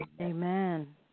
amen